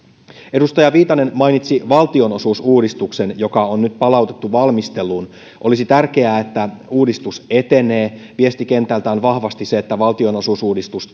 edustaja viitanen mainitsi valtionosuusuudistuksen joka on nyt palautettu valmisteluun olisi tärkeää että uudistus etenee viesti kentältä on vahvasti se että valtionosuusuudistus